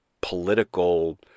political